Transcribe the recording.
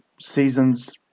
seasons